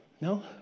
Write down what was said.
No